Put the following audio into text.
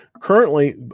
currently